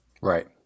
right